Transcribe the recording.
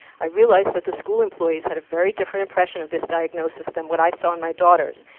i realized that the school employees had a very different impression of this diagnosis than what i saw in my daughters.